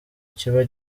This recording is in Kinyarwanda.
kiba